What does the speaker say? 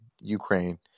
Ukraine